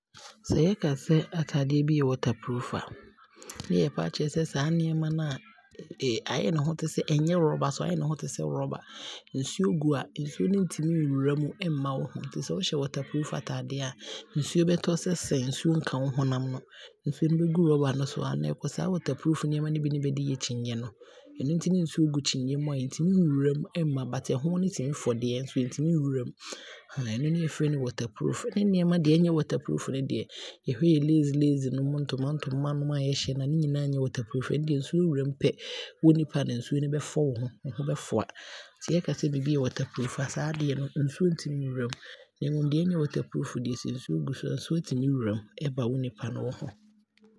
Bɛkasɛ waterproof a bɛɛkyerɛ adepa wohyɛ a nsuo ntumi nnwura mu ɛno ne bɛfrɛ no waterproof. Nti bɛkasɛ ataadeɛ bi yɛ waterproof a ne kyeresɛ saa ataadeɛ no wɔhyɛ na wɔnam nsuo mu a nsuo mu a nsuo nnya kwane nnwura wo ho, anaa ɛmfa mpo na nsuo no aawura wo ho. Nti bɛkasɛ ataadeɛ bi yɛ waterproof a bɛhyɛ ɛma ɛbɔ yɛho bane firi nsuo ho. Sɛ ɛbɛyɛ a nsuo hwe yɛn a, ɛbi tesɛ jacket ahodoɔ a yɛhyɛ, raincoat nom benyinaa ɛyɛ waterproof. Sɛ wohyɛ na nsuo tɔ a wo honam he mfɔ nsuo no, ataadeɛ he nsuo he ntumi nnwuram nti ne bɛkasɛ saa adeɛ wei deɛ ɛyɛ waterproof. Nti yɛka sɛ biibi yɛ waterproof a na kyerɛ sɛ nsuo ntumi nnwuram na aamo no ammɛfoa wo ho, ɛno ne bɛfrɛ no waterproof ntaadeɛ no. Saa ntaadeɛ he nso nsuo ntumi nnwuram na aaba abɛsɛe abɛboa wo ho nti wohyɛ na wo nam nsuo he mu a wo ho mfɔ, ɛno ne bɛfrɛ he waterproof ntaadeɛ no. Nea menim fa waterproof ntaadeɛ ho ne no.